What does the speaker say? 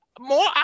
more